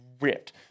ripped